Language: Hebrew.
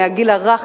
מהגיל הרך,